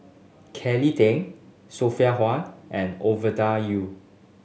Kelly Tang Sophia Hull and Ovida Yu